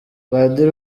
padiri